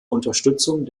unterstützung